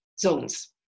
Zones